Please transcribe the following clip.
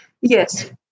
Yes